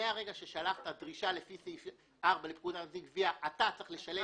מרגע ששלחת דרישה לפי סעיף 4 לפקודת המיסים (גבייה) אתה צריך לשלם,